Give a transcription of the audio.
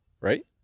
right